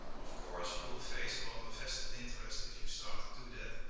of course you will face a lot of vested interest if you start to do that,